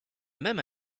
même